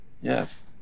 Yes